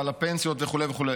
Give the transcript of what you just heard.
על הפנסיות וכו' וכו'.